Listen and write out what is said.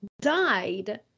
died